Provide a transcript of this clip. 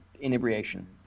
inebriation